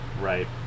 Right